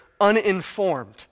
uninformed